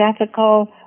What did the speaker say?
ethical